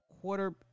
quarter